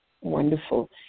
Wonderful